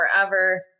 forever